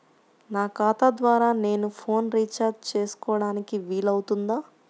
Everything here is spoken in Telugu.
నా ఖాతా ద్వారా నేను ఫోన్ రీఛార్జ్ చేసుకోవడానికి వీలు అవుతుందా?